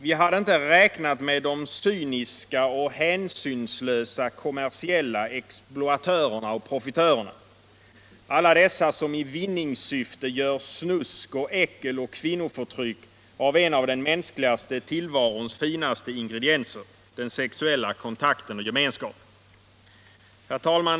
Vi hade inte räknat med de cyniska och hänsynlösa kommersiella exploatörerna och profitörerna, alla dessa som i vinningssyfte gör snusk. äckel och kvinnoförtryck av en den mänskliga tillvarons finaste ingredienser — den sexuella kontakten och gemenskapen. Herr talman!